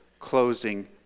Closing